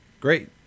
Great